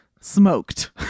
smoked